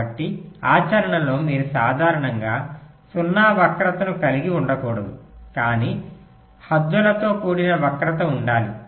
కాబట్టి ఆచరణలో మీరు సాధారణంగా 0 వక్రీకరణను కలిగి ఉండకూడదు కానీ హద్దుతో కూడిన వక్రత ఉండాలి